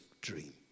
dream